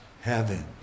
heaven